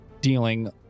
dealing